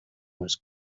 was